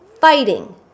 fighting